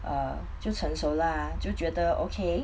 err 就成熟 lah 就觉得 okay